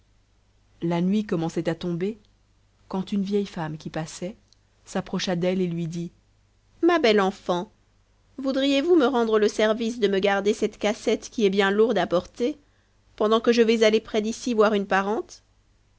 la nuit commençait à tomber quand une vieille femme qui passait s'approcha d'elle et lui dit ma belle enfant voudriez-vous me rendre le service de me garder cette cassette qui est bien lourde à porter pendant que je vais aller près d'ici voir une parente